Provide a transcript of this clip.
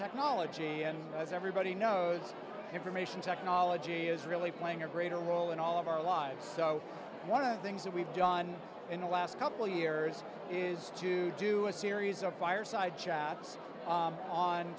technology and as everybody knows information technology is really playing a greater role in all of our lives so one of the things that we've done in the last couple years is to do a series of fireside